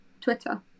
Twitter